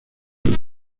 los